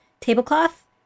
tablecloth